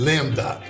Lenda